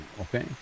okay